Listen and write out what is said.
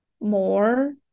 more